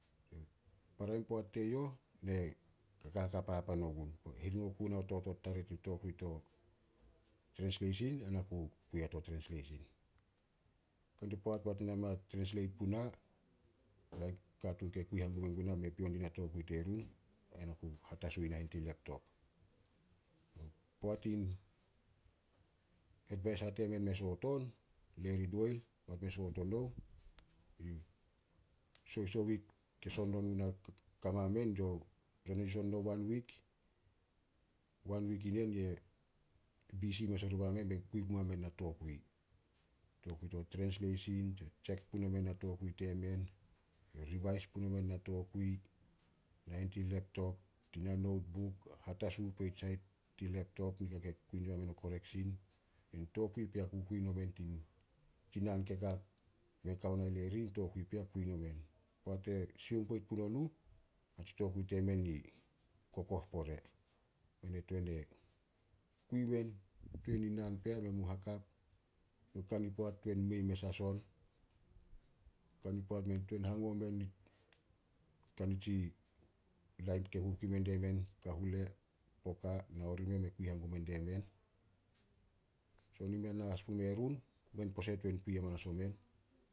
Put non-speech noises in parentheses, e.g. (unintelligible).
Para in poat teyouh, ne kaka papan ogun. Hiring oku ona totot tarih tin tokui to trensleisin ai na ku kui a to trensleisin. Kani poat, poat i mei a trenslate puna, katuun ke kui hangum menguna me pio dina tokui terun ai na ku hatasu ih nahen tin laptop. Poat in edvisa temen me soot on, Lary doyle, poat me soot o nouh, sohis o wik son nonouh na ka mamen, (unintelligible) son eyouh son no wan wik. Wan wik inen ye bisi mes oriba men, kui pumamen na tokui. Tokui to trensleisin tse tsek puno men na tokui temen, ribais puno men na tokui nahen tin laptop, tina notebuk, hatasu poit sai tin laptop nika ke kui diba men o koreksin. Tokui pea kukui nomen. (unintelligible) Tsi naan me kao na Lary, tokui pea kui nomen. Poat e sioung poit puno nuh, atsi tokui temen i kokoh pore. Men e tuan kui men tuan nin naan pea ai men mu hakap. Kani poat tuan mei mes as on. Kani poat men tuan hango men ka nitsi lain ke kukui mendie men i Kahule ai Poka, nao rimeh me kui hangum mendie men. Son i mei amanas a na pume run, men pose tuan kui amanas omen.